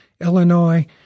Illinois